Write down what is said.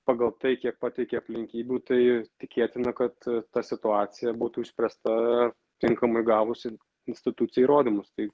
pagal tai kiek pateikė aplinkybių tai tikėtina kad ta situacija būtų išspręsta tinkamai gavusi institucija įrodymus tai